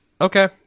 Okay